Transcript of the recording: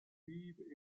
vives